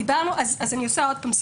אני עושה סדר,